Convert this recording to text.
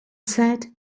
said